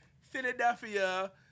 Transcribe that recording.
Philadelphia